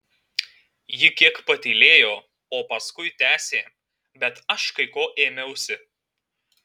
ji kiek patylėjo o paskui tęsė bet aš kai ko ėmiausi